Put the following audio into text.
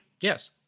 Yes